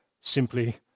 simply